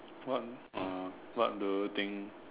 what uh what do you think